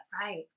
Right